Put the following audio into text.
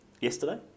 yesterday